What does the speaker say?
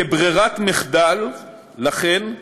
לכן,